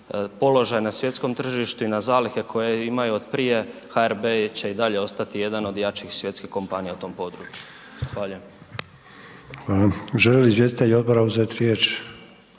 položaj na svjetskom tržištu i na zalihe koje imaju od prije, HRB će i dalje ostati jedan od jačih svjetskih kompanija u tom području. Zahvaljujem. **Sanader, Ante (HDZ)** Hvala. Žele li izvjestitelji odbora uzeti riječ?